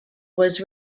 was